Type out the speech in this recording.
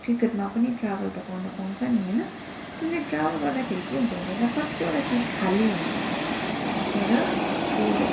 टिकटमा पनि ट्राभल त गर्नु पाउँछ नि होइन त्यसरी ट्राभल गर्दाखेरि के हुन्छ भन्देखिलाई कतिवोटा सिट खाली हुन्छ तर त्यो